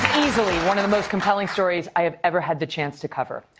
easily one of the most compelling stories i have ever had the chance to cover.